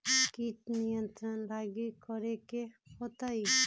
किट नियंत्रण ला कि करे के होतइ?